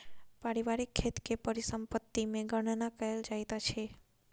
पारिवारिक खेत के परिसम्पत्ति मे गणना कयल जाइत अछि